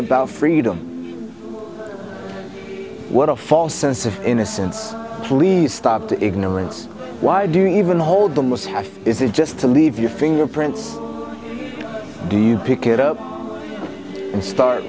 about freedom what a false sense of innocence please stop the ignorance why do you even hold the most have is it just to leave your fingerprints do you pick it up and start